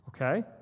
Okay